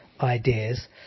ideas